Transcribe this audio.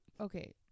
Okay